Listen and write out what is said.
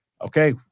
Okay